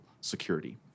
security